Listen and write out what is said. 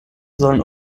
sollen